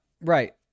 right